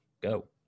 go